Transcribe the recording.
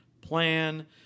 plan